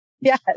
Yes